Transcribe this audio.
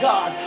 God